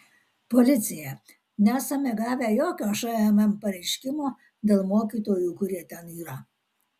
policija nesame gavę jokio šmm pareiškimo dėl mokytojų kurie yra ten